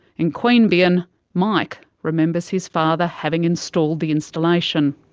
in queanbeyan mike remembers his father having installed the insulation.